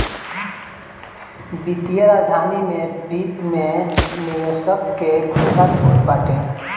वित्तीय राजधानी में वित्त में निवेशक के खुला छुट बाटे